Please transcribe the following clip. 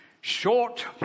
short